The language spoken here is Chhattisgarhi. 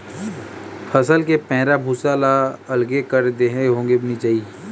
फसल के पैरा भूसा ल अलगे कर देए होगे मिंजई